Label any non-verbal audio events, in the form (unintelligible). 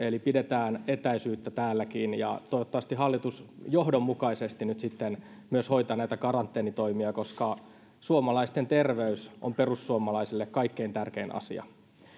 (unintelligible) eli pidetään etäisyyttä täälläkin toivottavasti hallitus johdonmukaisesti nyt sitten myös hoitaa näitä karanteenitoimia koska suomalaisten terveys on perussuomalaisille kaikkein tärkein asia tuossa